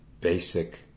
basic